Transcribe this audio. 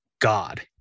god